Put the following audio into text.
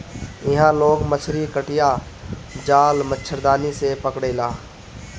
इहां लोग मछरी कटिया, जाल, मछरदानी से पकड़ेला